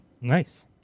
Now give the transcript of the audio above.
Nice